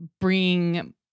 bring